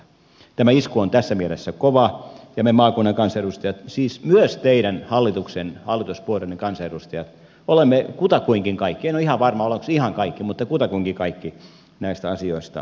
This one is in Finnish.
tämä isku on tässä mielessä kova ja me maakunnan kansanedustajat siis myös teidän hallituksen hallituspuolueiden kansanedustajat olemme kutakuinkin kaikki en ole ihan varma olemmeko ihan kaikki mutta kutakuinkin kaikki näistä asioista samaa mieltä